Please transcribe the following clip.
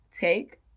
take